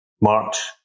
March